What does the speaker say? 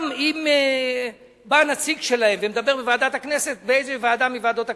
גם אם בא נציג שלהם ומדבר באיזה ועדה מוועדות הכנסת,